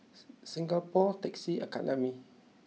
Singapore Taxi Academy